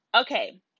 Okay